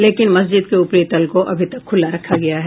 लेकिन मस्जिद के उपरी तल को अभी तक खुला रखा गया है